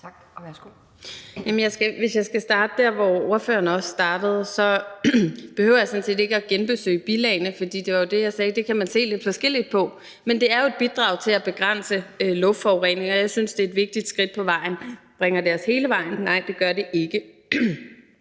hvis jeg skal starte der, hvor ordføreren også startede, behøver jeg sådan set ikke genbesøge bilagene, for som jeg sagde, kan man jo se lidt forskelligt på det. Men det er jo et bidrag til at begrænse luftforurening, og jeg synes, det er et vigtigt skridt på vejen. Bringer det os hele vejen? Nej, det gør det ikke.